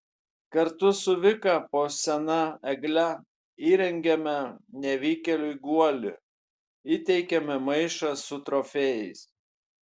kartu su vika po sena egle įrengiame nevykėliui guolį įteikiame maišą su trofėjais